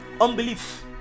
Unbelief